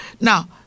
Now